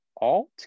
alt